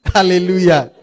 Hallelujah